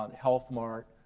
um health marc,